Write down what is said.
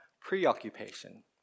preoccupation